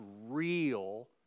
real